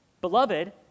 Beloved